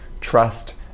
trust